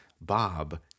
Bob